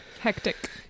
hectic